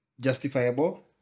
justifiable